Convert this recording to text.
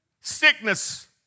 sickness